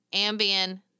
Ambien